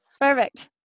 Perfect